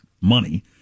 money